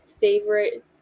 favorite